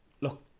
look